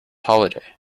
holiday